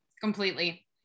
Completely